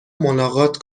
ملاقات